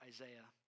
Isaiah